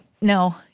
no